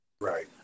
right